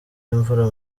imvura